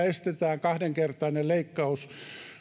estetään kahdenkertainen leikkaus